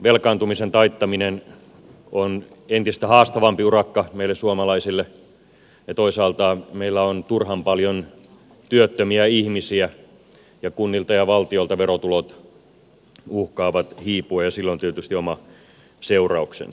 velkaantumisen taittaminen on entistä haastavampi urakka meille suomalaisille ja toisaalta meillä on turhan paljon työttömiä ihmisiä ja kunnilta ja valtiolta verotulot uhkaavat hiipua ja sillä on tietysti oma seurauksensa